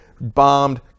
bombed